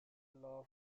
law